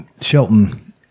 Shelton